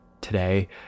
today